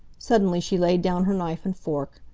suddenly she laid down her knife and fork.